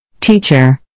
Teacher